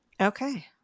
Okay